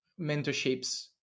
mentorships